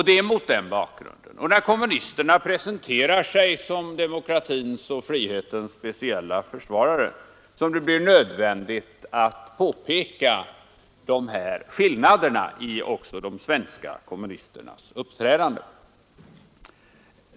Det är mot den bakgrunden och när kommunisterna presenterar sig som demokratins och frihetens speciella försvarare som det blir nödvändigt att påpeka de här skillnaderna i också de svenska kommunisternas uppträdande.